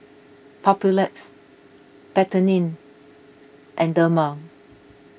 Papulex Betadine and Dermale